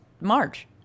March